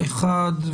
האחד,